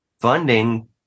funding